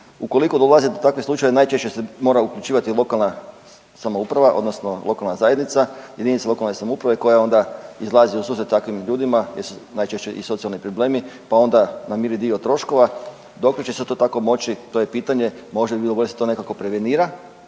Ukoliko dolazi do takvih slučajeva mora se uključivati lokalna samouprava, odnosno lokalna zajednica, jedinice lokalne samouprave koje onda izlaze u susret takvim ljudima jer su najčešće i socijalni problemi, pa onda namiri dio troškova. Dokle će se to tako moći to je pitanje. Možda bi bilo bolje da se to nekako prevenira,